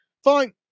Fine